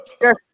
Yes